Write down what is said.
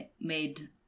made